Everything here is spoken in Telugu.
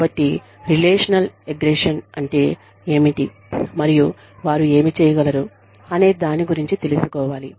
కాబట్టి రిలేషనల్ యెగ్రేషన్ అంటే ఏమిటి మరియు వారు ఏమి చేయగలరు అనే దాని గురించి తెలుసుకోవాలి